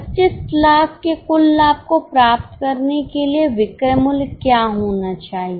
25 00000 के कुल लाभ को प्राप्त करने के लिए विक्रय मूल्य क्या होना चाहिए